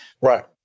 Right